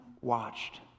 watched